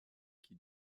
qui